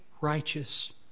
righteous